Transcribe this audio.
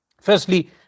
Firstly